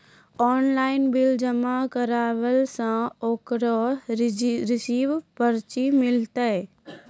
Online bill जमा करला से ओकरौ रिसीव पर्ची मिलतै?